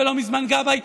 ולא מזמן גבאי,